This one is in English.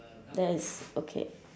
that is okay